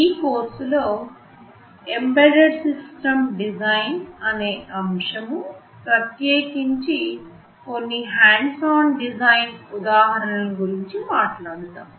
ఈ కోర్సు లో embedded system design అనే అంశము ప్రత్యేకించి కొన్నిహాండ్స ఆన్ డిజైన్ ఉదాహరణ లు గురించి మాట్లాడుదాం